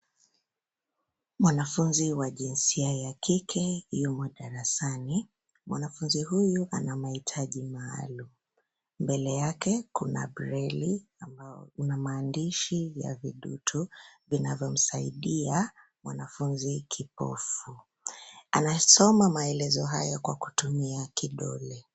Mwanafunzi wa jinsia ya kike yumo darasani. Mwanafunzi huyu anamahitaji maalum. Mbele yake kuna breli ambao una maandishi vya viduto vinavyomsaidia mwanafunzi kipofu. Anasoma maelezo hayo kwa kutumia kidole.